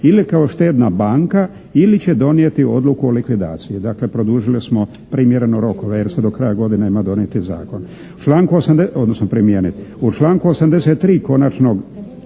ili kao štedna banka, ili će donijeti odluku o likvidaciji. Dakle, produžili smo primjereno rokove jer se do kraja godine ima donijeti zakon, odnosno